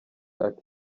ati